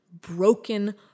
broken